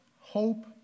hope